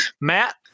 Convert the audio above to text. Matt